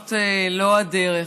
זאת לא הדרך.